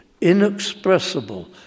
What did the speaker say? inexpressible